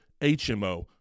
HMO